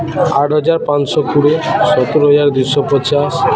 ଆଠ ହଜାର ପାଞ୍ଚଶହ କୋଡ଼ିଏ ସତର ହଜାର ଦୁଇଶହ ପଚାଶ